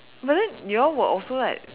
but then you all will also like